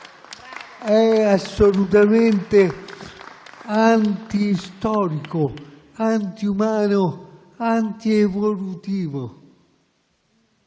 È assolutamente antistorica, antiumana e antievolutiva